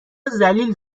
ذلیل